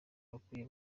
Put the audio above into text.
bakwiye